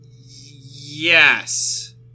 Yes